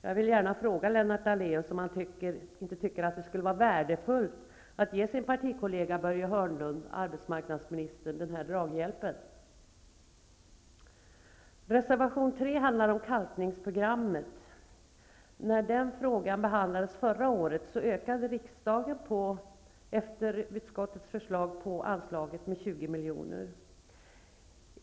Jag vill gärna fråga Lennart Daleus om han inte tycker att det skulle vara värdefullt att kunna ge sin partikollega arbetsmarknadsminister Börje Hörnlund den draghjälpen. När den frågan behandlades förra året ökade riksdagen på utskottets förslag till anslag med 20 milj.kr.